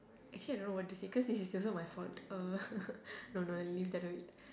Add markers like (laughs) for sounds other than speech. actually I don't know what to say cause this is also my fault uh (laughs) no no leave that note